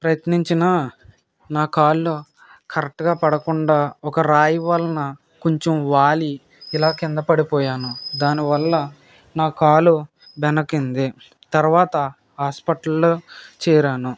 ప్రయత్నించినా నా కాలు కరెక్ట్గా పడకుండా ఒక రాయి వలన కొంచెం వాలి ఇలా కింద పడిపోయాను దానివల్ల నాకాలు బెణకింది తరువాత హాస్పిటల్లో చేరాను